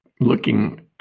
looking